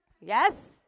yes